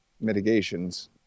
mitigations